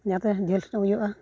ᱡᱟᱦᱟᱸᱛᱮ ᱡᱷᱟᱹᱞ ᱥᱮᱱᱚᱜ ᱦᱩᱭᱩᱜᱼᱟ